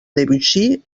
debussy